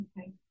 okay